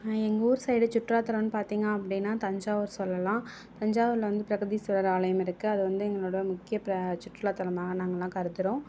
எங்கள் ஊர் சைடு சுற்றுலா தலம்னு பார்த்திங்க அப்படினா தஞ்சாவூர் சொல்லலாம் தஞ்சாவூரில் வந்து பிரகதீஸ்வரர் ஆலயம் இருக்குது அது வந்து எங்களோடய முக்கிய சுற்றுலா தலமாக நாங்களெலாம் கருதுகிறோம்